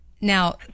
now